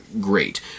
great